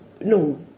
no